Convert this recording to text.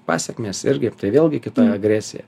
pasekmės irgi tai vėlgi kita agresija